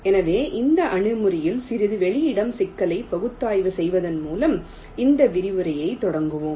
எனவே இந்த அணுகுமுறைகளில் சிறிது வெளியிடம் சிக்கலை பகுப்பாய்வு செய்வதன் மூலம் இந்த விரிவுரையைத் தொடங்குவோம்